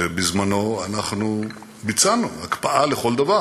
שבזמנו אנחנו ביצענו הקפאה לכל דבר,